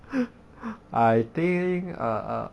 I think err err